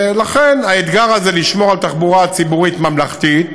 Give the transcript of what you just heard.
לכן, האתגר הזה, לשמור על תחבורה ציבורית ממלכתית,